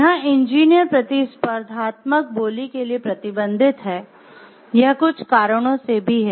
यहां इंजीनियर प्रतिस्पर्धात्मक बोली के लिए प्रतिबंधित हैं यह कुछ कारणों से भी है